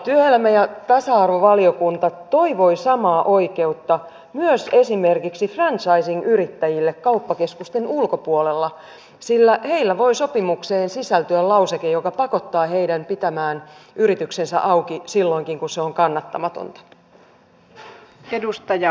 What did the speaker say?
työelämä ja tasa arvovaliokunta toivoi samaa oikeutta myös esimerkiksi franchisingyrittäjille kauppakeskusten ulkopuolella sillä heillä voi sopimukseen sisältyä lauseke joka pakottaa heidät pitämään yrityksensä auki silloinkin kun se on kannattamatonta